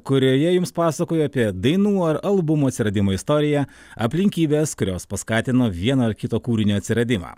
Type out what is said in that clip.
kurioje jums pasakoju apie dainų ar albumų atsiradimo istoriją aplinkybės kurios paskatino vieno ar kito kūrinio atsiradimą